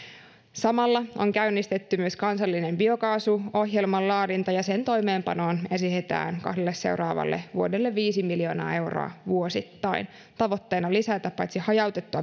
samalla on käynnistetty myös kansallinen biokaasuohjelman laadinta ja sen toimeenpanoon esitetään kahdelle seuraavalle vuodelle viisi miljoonaa euroa vuosittain tavoitteena on paitsi lisätä hajautettua